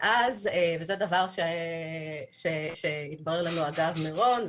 וזה דבר שהתברר לנו אגב מירון,